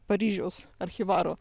paryžiaus archyvaru